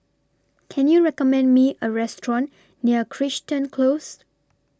Can YOU recommend Me A Restaurant near Crichton Close